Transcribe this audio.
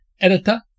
Editor